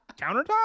countertop